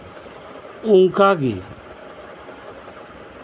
ᱚᱱᱠᱟᱜᱮ